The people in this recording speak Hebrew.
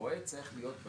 הרועה צריך להיות בשטח.